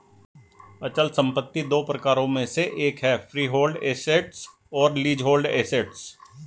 अचल संपत्ति दो प्रकारों में से एक है फ्रीहोल्ड एसेट्स और लीजहोल्ड एसेट्स